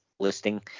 listing